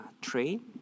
train